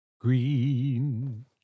Green